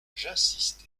j’insiste